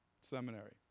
Seminary